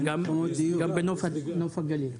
גם בנוף הגליל.